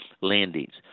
landings